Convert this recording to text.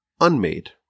unmade